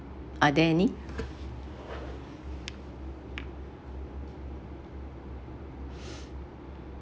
are there any